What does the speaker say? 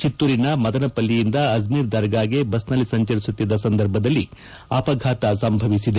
ಚಿತ್ತೂರಿನ ಮದನಪಲ್ಲಿಯಿಂದ ಅಜ್ಲೀರ್ ದರ್ಗಾಗೆ ಬಸ್ನಲ್ಲಿ ಸಂಚರಿಸುತ್ತಿದ್ದ ಸಂದರ್ಭದಲ್ಲಿ ಅಪಘಾತ ಸಂಭವಿಸಿದೆ